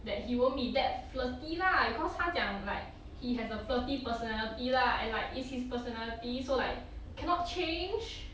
that he won't be that flirty lah cause 他讲 like he has a flirty personality lah and like it's his personality so like cannot change